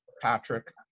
Patrick